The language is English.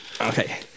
Okay